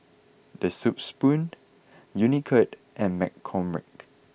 The Soup Spoon Unicurd and McCormick